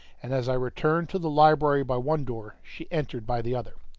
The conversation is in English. and as i returned to the library by one door, she entered by the other.